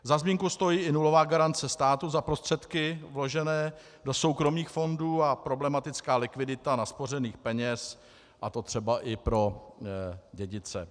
Za zmínku stojí i nulová garance státu za prostředky vložené do soukromých fondů a problematická likvidita naspořených peněz, a to třeba i pro dědice.